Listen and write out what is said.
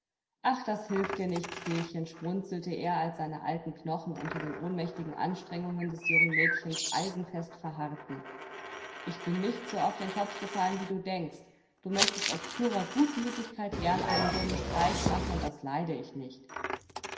ach das hilft dir nichts feechen schmunzelte er als seine alten knochen unter den ohnmächtigen anstrengungen des jungen mädchens eisenfest verharrten ich bin nicht so auf den kopf gefallen wie du denkst du möchtest aus purer gutmütigkeit gern einen dummen streich machen und das leide ich nicht